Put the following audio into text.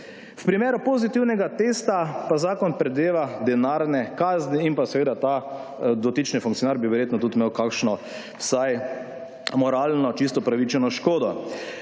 V primeru pozitivnega testa pa zakon predvideva denarne kazni in pa seveda ta dotični funkcionar bi verjetno tudi imel kakšno vsaj moralno čisto upravičeno škodo.